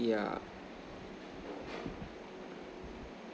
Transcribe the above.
yeah